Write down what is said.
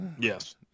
Yes